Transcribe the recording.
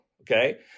okay